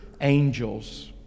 angels